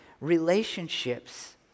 relationships